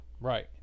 Right